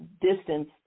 distance